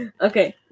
Okay